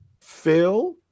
Phil